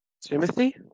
Timothy